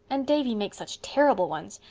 and davy makes such terrible ones.